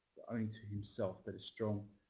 i mean to himself that is strong.